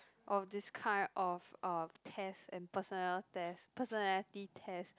of this kind of uh test and personal test personality test